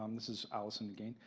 um this is allison again,